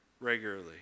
regularly